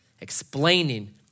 explaining